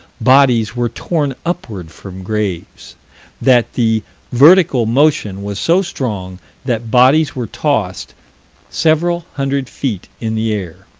bodies were torn upward from graves that the vertical motion was so strong that bodies were tossed several hundred feet in the air.